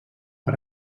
per